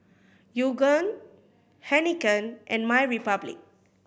Yoogane Heinekein and MyRepublic